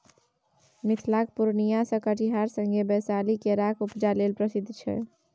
मिथिलाक पुर्णियाँ आ कटिहार संगे बैशाली केराक उपजा लेल प्रसिद्ध छै